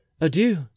Adieu